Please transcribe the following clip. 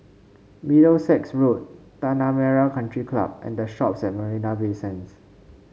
Middlesex Road Tanah Merah Country Club and The Shoppes at Marina Bay Sands